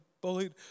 bullied